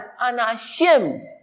unashamed